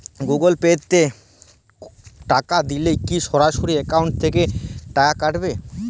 Google Pay তে টাকা দিলে কি সরাসরি অ্যাকাউন্ট থেকে টাকা কাটাবে?